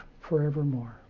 forevermore